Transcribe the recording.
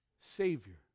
Savior